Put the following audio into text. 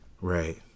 Right